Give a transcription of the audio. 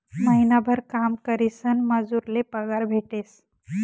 महिनाभर काम करीसन मजूर ले पगार भेटेस